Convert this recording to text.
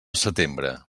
setembre